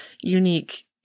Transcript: unique